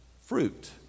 fruit